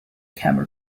camel